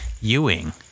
Ewing